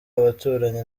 abaturanyi